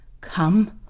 come